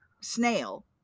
snail